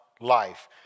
life